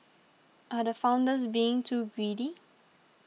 are the founders being too greedy